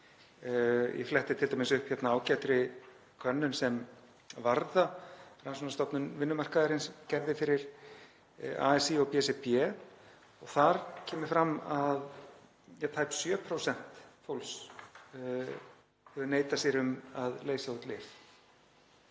Ég fletti t.d. upp hérna ágætri könnun sem Varða, rannsóknastofnun vinnumarkaðarins, gerði fyrir ASÍ og BSRB og þar kemur fram að tæp 7% fólks hafa neitað sér um að leysa út lyf.